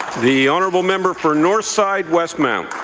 the honourable member for north side westmount.